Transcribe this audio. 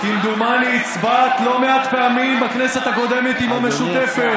כמדומני הצבעת לא מעט פעמים בכנסת הקודמת עם המשותפת.